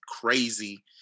crazy